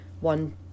one